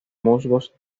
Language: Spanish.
musgos